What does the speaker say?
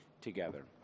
together